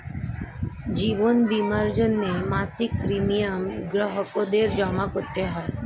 জীবন বীমার জন্যে মাসিক প্রিমিয়াম গ্রাহকদের জমা করতে হয়